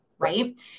Right